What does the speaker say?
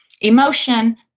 emotion